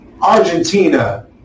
Argentina